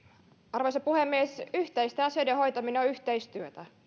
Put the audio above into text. arvoisa puhemies yhteisten asioiden hoitaminen on yhteistyötä